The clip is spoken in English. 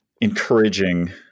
encouraging –